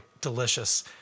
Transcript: Delicious